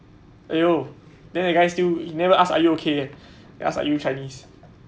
!aiyo! then the guy still never ask are you okay ah ask are you chinese